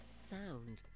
sound